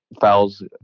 fouls